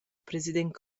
president